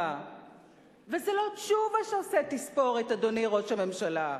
וזה לא תשובה שעושה תספורת, אדוני ראש הממשלה,